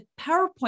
PowerPoint